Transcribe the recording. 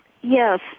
Yes